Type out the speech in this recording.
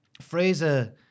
Fraser